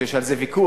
יש על זה ויכוח,